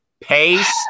Pace